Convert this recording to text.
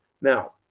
Now